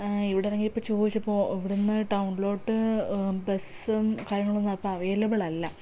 ഇവിടെയിറങ്ങിയപ്പം ചോദിച്ചപ്പോൾ ഇവിടുന്ന് ടൗണിലോട്ട് ബസ്സും കാര്യങ്ങളൊന്നും ഇപ്പം അവൈലബിളല്ല